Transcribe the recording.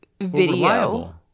video